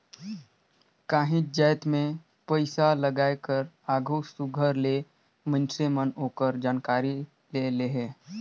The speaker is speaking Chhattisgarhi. काहींच जाएत में पइसालगाए कर आघु सुग्घर ले मइनसे मन ओकर जानकारी ले लेहें